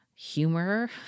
humor